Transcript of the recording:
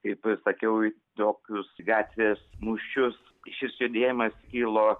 kaip sakiau į tokius gatvės mūšius šis judėjimas kilo